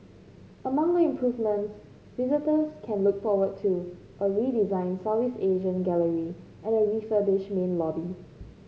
among the improvements visitors can look forward to a redesigned Southeast Asia gallery and a refurbished main lobby